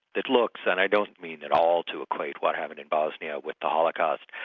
it looks, and i don't mean at all to equate what happened in bosnia with the holocaust,